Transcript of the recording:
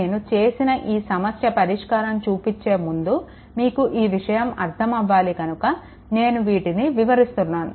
నేను చేసిన ఈ సమస్య పరిష్కారం చూపించే ముందు మీకు ఈ విషయాలు అర్థం అవ్వాలి కనుక నేను వీటిని వివరిస్తున్నాను